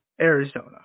Arizona